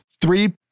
three